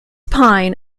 pine